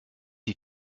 die